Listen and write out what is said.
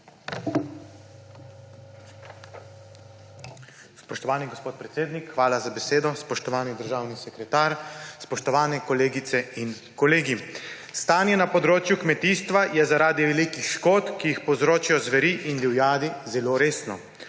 Spoštovani gospod predsednik, hvala za besedo. Spoštovani državni sekretar, spoštovani kolegice in kolegi! Stanje na področju kmetijstva je zaradi velikih škod, ki jih povzročajo zveri in divjadi, zelo resno.